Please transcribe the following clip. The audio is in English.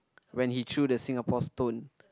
when he threw the Singapore stone